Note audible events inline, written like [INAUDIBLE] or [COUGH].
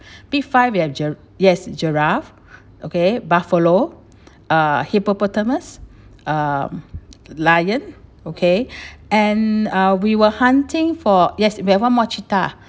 big five we have gir~ yes giraffe okay buffalo uh hippopotamus uh lion okay [BREATH] and uh we were hunting for yes we have one more cheetah